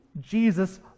Jesus